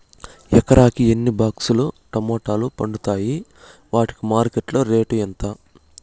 ఎకరాకి ఎన్ని బాక్స్ లు టమోటాలు పండుతాయి వాటికి మార్కెట్లో రేటు ఎంత?